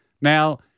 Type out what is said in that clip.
Now